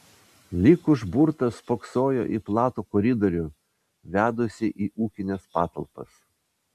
lyg užburtas spoksojo į platų koridorių vedusį į ūkines patalpas